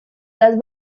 las